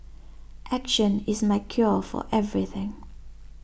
action is my cure for everything